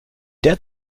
der